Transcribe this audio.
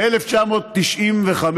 ב-1995